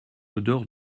odeur